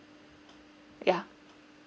yeah